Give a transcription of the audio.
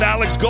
Alex